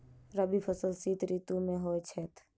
रबी फसल शीत ऋतु मे होए छैथ?